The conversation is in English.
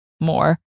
more